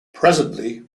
presently